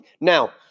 Now